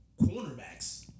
cornerbacks